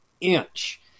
inch